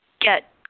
get